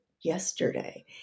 yesterday